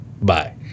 Bye